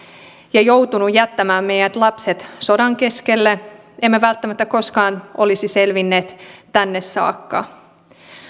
ja joutunut jättämään meidät lapset sodan keskelle emme välttämättä koskaan olisi selvinneet tänne saakka